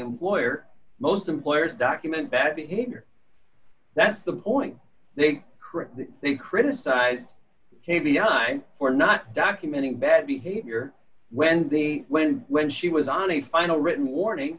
employer most employers document bad behavior that's the point they create they criticized k b r for not documenting bad behavior when they went when she was on a final written warning